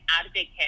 advocate